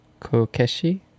kokeshi